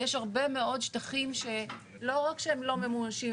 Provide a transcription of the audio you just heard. יש הרבה מאוד שטחים שלא רק שהם לא ממומשים,